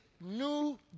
new